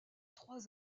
trois